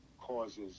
causes